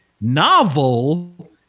novel